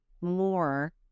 more